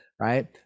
right